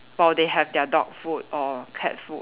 or they have their dog food or cat food